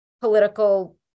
political